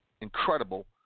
incredible